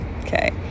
okay